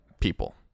people